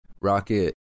rocket